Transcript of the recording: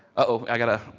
oh, i got a,